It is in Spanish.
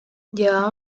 llevaba